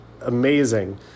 amazing